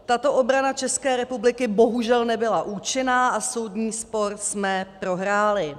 Tato obrana České republiky bohužel nebyla účinná a soudní spor jsme prohráli.